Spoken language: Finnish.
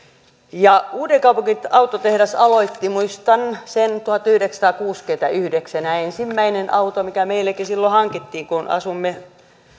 uudenkaupungin autotehdas aloitti muistan sen tuhatyhdeksänsataakuusikymmentäyhdeksän ja ensimmäinen auto mikä meillekin silloin hankittiin kun